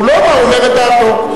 הוא אומר את דעתו.